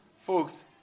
Folks